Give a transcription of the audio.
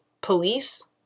police